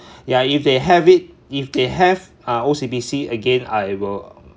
yeah if they have it if they have uh O_C_B_C again I will